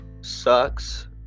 sucks